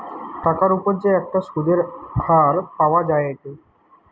টাকার উপর যে একটা সুধের হার পাওয়া যায়েটে